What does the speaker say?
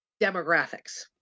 demographics